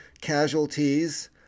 casualties